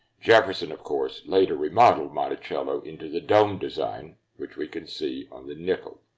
jefferson, of course, later remodeled monticello into the dome design which we can see on the nickel.